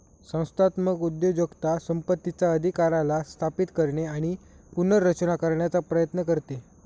संस्थात्मक उद्योजकता संपत्तीचा अधिकाराला स्थापित करणे आणि पुनर्रचना करण्याचा प्रयत्न करते